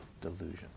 Delusion